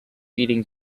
eating